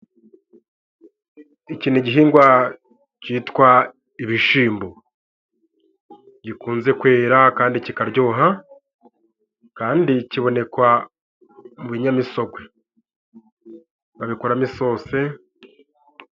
Iki n'igihingwa cyitwa ibishimbo, gikunze kwera kandi kikaryoha, kandi kibonekwa mu binyamisogwe. Babikoramo isose.